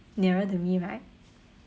nearer to me right